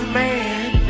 man